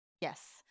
Yes